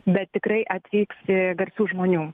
bet tikrai atvyks garsių žmonių